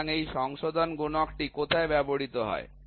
সুতরাং এখন এই সংশোধন গুণকটি কোথায় ব্যবহৃত হয়